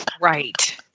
Right